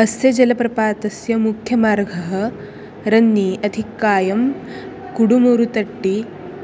अस्य जलप्रपातस्य मुख्यमार्गः रन्नी अथिक्कायम् कुडुमुरुतट्टि